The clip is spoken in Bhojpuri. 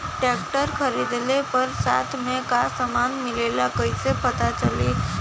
ट्रैक्टर खरीदले पर साथ में का समान मिलेला कईसे पता चली?